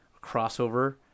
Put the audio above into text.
crossover